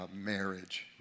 marriage